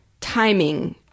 timing